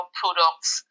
products